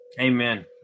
Amen